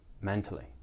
mentally